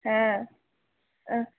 হ্যাঁ হ্যাঁ